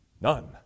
none